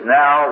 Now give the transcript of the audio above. now